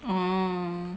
oh